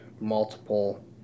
multiple